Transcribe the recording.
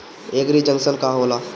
एगरी junction का होला?